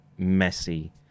messy